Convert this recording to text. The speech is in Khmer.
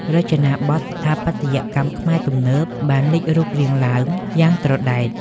រចនាបថ "ស្ថាបត្យកម្មខ្មែរទំនើប" បានលេចរូបរាងឡើងយ៉ាងត្រដែត។